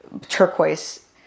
turquoise